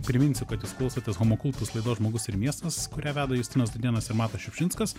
priminsiu kad jūs klausotės homokul laidos žmogus ir miestas kurią veda justinas dudėnas ir matas šiupšinskas